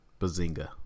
bazinga